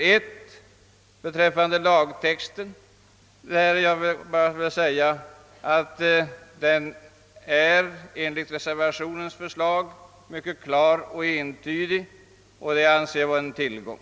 I beträffande lagtexten, som enligt reservanternas förslag är mycket klar och entydig, vilket jag anser vara en tillgång.